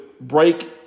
break